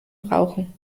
brauchen